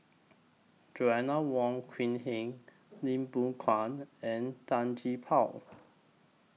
Joanna Wong Quee Heng Lim Biow Chuan and Tan Gee Paw